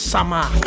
summer